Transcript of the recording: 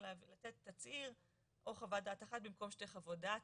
לתת תצהיר או חוות דעת אחת במקום שתי חוות דעת,